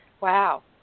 Wow